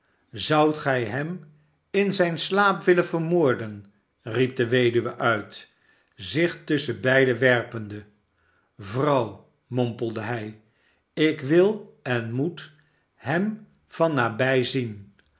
szoudt gij hem in zijn slaap willen vermoorden riep de weduwe uit zich tusschen beiden werpende vrouw mompelde hij ik wil en moet hem van nabij zien